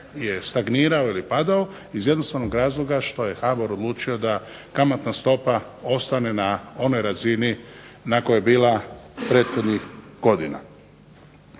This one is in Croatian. je stagnirao ili padao iz jednostavnog razloga što je HBOR odlučio da kamatna stopa ostane na onoj razini na kojoj je bila prethodnih godina.